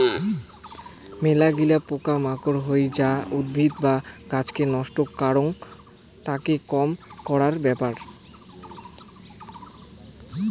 মেলাগিলা পোকা মাকড় হই যা উদ্ভিদ বা গাছকে নষ্ট করাং, তাকে কম করার ব্যাপার